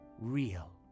real